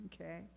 okay